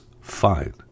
fine